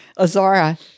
Azara